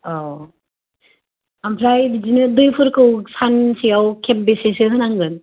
औ आमफ्राय बिदिनो दैफोरखौ सानसेयाव खेबबेसेसो होनांगोन